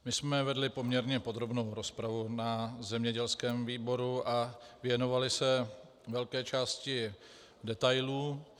My jsme vedli poměrně podrobnou rozpravu na zemědělském výboru a věnovali se velké části detailů.